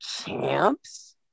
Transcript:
Champs